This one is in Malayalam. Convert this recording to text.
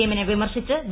എമ്മിനെ വിമർശിച്ച് വി